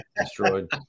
destroyed